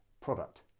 product